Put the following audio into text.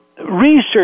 Research